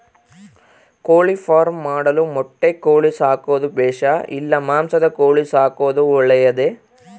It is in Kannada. ಕೋಳಿಫಾರ್ಮ್ ಮಾಡಲು ಮೊಟ್ಟೆ ಕೋಳಿ ಸಾಕೋದು ಬೇಷಾ ಇಲ್ಲ ಮಾಂಸದ ಕೋಳಿ ಸಾಕೋದು ಒಳ್ಳೆಯದೇ?